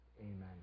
amen